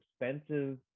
expensive